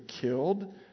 killed